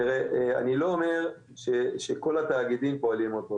תראה אני לא אומר שכל התאגידים פועלים אותו דבר,